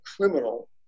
criminal